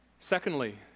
Secondly